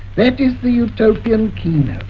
that is the utopian keynote.